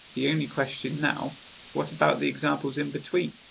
the only question now what about the examples in between?